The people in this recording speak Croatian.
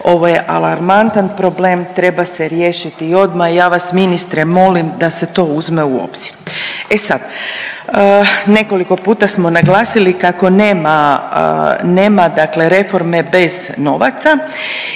Ovo je alarmantan problem, treba se riješiti odmah i ja vas ministre molim da se to uzme u obzir. E sad, nekoliko puta smo naglasili kako nema, dakle reforme bez novaca